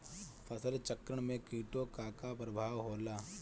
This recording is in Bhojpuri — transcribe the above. फसल चक्रण में कीटो का का परभाव होला?